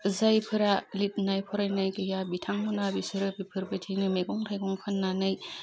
जायफोरा लितनाय फरायनाय गैया बिथांमोनहा बिसोरो बेफोरबायदिनो मेगं थाइगं फाननानै